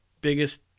biggest